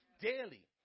daily